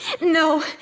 no